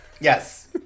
Yes